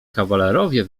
kawalerowie